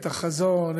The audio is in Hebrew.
את החזון,